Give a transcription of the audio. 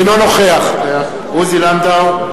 אינו נוכח עוזי לנדאו,